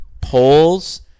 polls